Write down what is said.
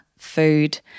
food